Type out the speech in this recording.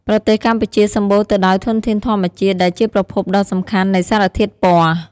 ប្រទេសកម្ពុជាសម្បូរទៅដោយធនធានធម្មជាតិដែលជាប្រភពដ៏សំខាន់នៃសារធាតុពណ៌។